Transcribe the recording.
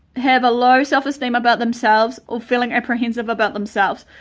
have a low self-esteem about themselves or feeling apprehensive about themselves,